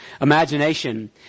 imagination